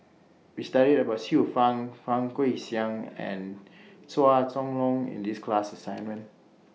We studied about Xiu Fang Fang Guixiang and Chua Chong Long in The class assignment